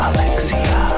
Alexia